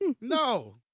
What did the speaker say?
No